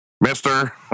mister